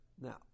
Now